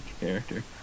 character